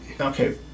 Okay